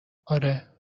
آره